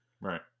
Right